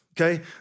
Okay